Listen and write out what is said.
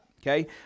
okay